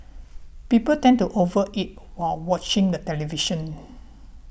people tend to over eat while watching the television